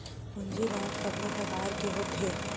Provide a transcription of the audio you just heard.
पूंजी लाभ कतना प्रकार के होथे?